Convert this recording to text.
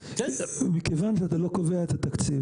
אבל מכיוון שאתה לא קובע את התקציב,